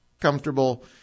comfortable